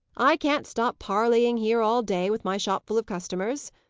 i can't stop parleying here all day, with my shop full of customers.